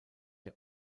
der